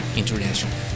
international